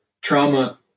Trauma